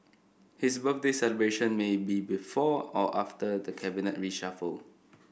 his birthday celebration may be before or after the cabinet reshuffle